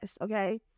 okay